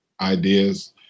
ideas